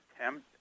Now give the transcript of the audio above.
attempt